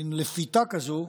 מין לפיתה כזאת,